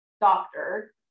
doctor